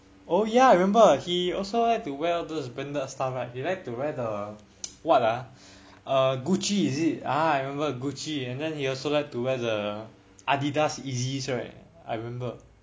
oh ya I remember he also like to wear all those branded stuff right he like to wear the what ah gucci is it ah I remember gucci and then he also like to wear the Adidas Yeezys right I remember